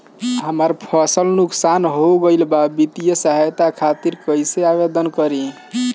हमार फसल नुकसान हो गईल बा वित्तिय सहायता खातिर आवेदन कइसे करी?